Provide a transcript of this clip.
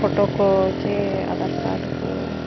photo ᱠᱚ ᱥᱮ Aadhaar card ᱠᱚ